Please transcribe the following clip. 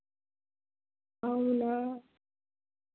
అవునా